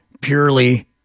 purely